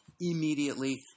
immediately